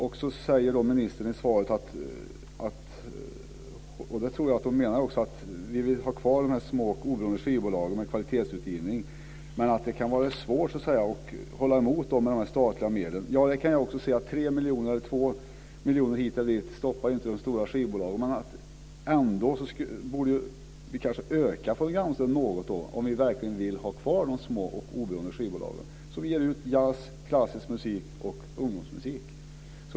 Ministern säger i svaret - och jag tror att hon menar det också - att hon vill ha kvar de små, oberoende skivbolagen med kvalitetsutgivning, men att det kan vara svårt att hålla emot med statliga medel. Ja, jag kan också inse att två tre miljoner hit eller dit inte stoppar de stora skivbolagen. Men man kanske borde öka fonogramstödet något om man verkligen vill ha kvar de små, oberoende skivbolagen som ger ut jazz, klassisk musik och ungdomsmusik.